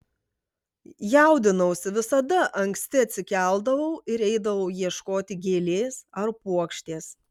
jaudinausi visada anksti atsikeldavau ir eidavau ieškoti gėlės ar puokštės